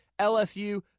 LSU